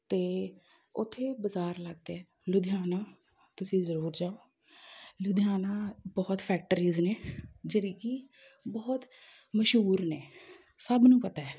ਅਤੇ ਉੱਥੇ ਬਜ਼ਾਰ ਲੱਗਦੇ ਲੁਧਿਆਣਾ ਤੁਸੀਂ ਜ਼ਰੂਰ ਜਾਉ ਲੁਧਿਆਣਾ ਬਹੁਤ ਫੈਕਟਰੀਜ਼ ਨੇ ਜਿਹੜੀ ਕਿ ਬਹੁਤ ਮਸ਼ਹੂਰ ਨੇ ਸਭ ਨੂੰ ਪਤਾ